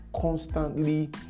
constantly